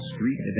Street